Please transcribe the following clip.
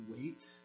wait